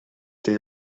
they